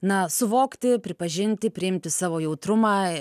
na suvokti pripažinti priimti savo jautrumą